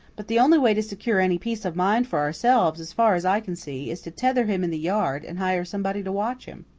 but the only way to secure any peace of mind for ourselves, as far as i can see, is to tether him in the yard, and hire somebody to watch him.